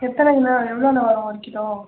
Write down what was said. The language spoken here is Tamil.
எத்தனை கிலோ எவ்வளோண்ண வரும் ஒரு கிலோ